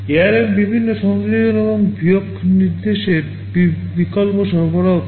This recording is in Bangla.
ARM বিভিন্ন সংযোজন এবং বিয়োগ নির্দেশের বিকল্প সরবরাহ করে